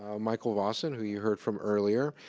ah michael lawson who you heard from earlier,